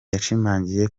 yashimangiye